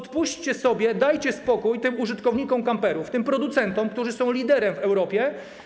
Dajcie spokój tym użytkownikom kamperów, tym producentom, którzy są liderami w Europie.